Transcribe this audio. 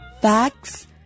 facts